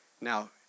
Now